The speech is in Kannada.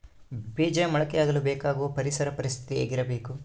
ಬೇಜ ಮೊಳಕೆಯಾಗಲು ಬೇಕಾಗುವ ಪರಿಸರ ಪರಿಸ್ಥಿತಿ ಹೇಗಿರಬೇಕು?